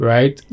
Right